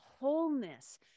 wholeness